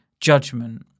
judgment